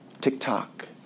TikTok